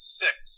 six